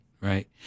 right